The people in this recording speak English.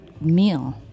meal